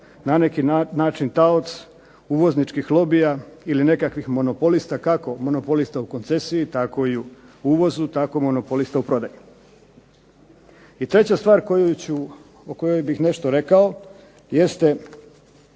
na neki način taoc uvozničkih lobija ili nekakvih monopolista, kako monopolista u koncesiji tako i u uvozu tako monopolista u prodaji. I treća stvar o kojoj bih nešto rekao jeste